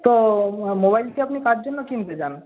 তো মোবাইলটি আপনি কার জন্য কিনতে চান